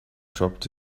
dropped